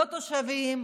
לא תושבים,